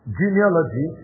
genealogy